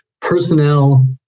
personnel